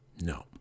No